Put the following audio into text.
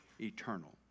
eternal